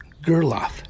Gerloff